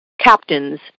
captains